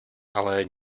ale